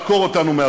רק.